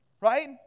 right